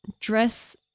dress